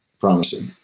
promising.